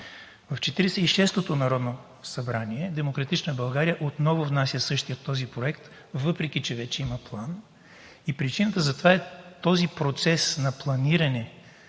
В 46-ото народно събрание ДБ отново внася същия този проект, въпреки че вече има план и причината за това е, че този процес на планиране